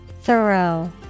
Thorough